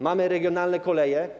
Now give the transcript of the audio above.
Mamy regionalne koleje.